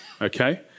Okay